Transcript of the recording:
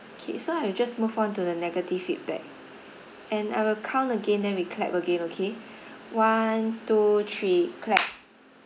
K so I will just move on to the negative feedback and I will count again then we clap again okay one two three clap